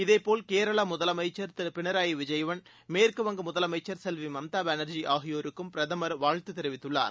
இதேபோல் கேரளா முதலமைச்சர் திரு பினராயி விஜயன் மேற்குவங்க முதலமைச்சர் செல்வி மம்தா பானர்ஜி ஆகியோருக்கும் பிரதமர் வாழ்த்து தெரிவித்துள்ளார்